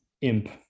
imp